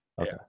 Okay